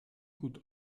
could